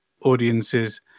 audiences